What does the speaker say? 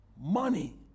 money